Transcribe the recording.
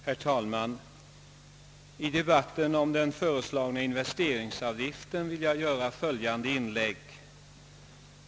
Herr talman! I debatten om den föreslagna investeringsavgiften vill jag göra följande inlägg.